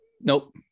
Nope